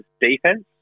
defense